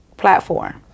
platform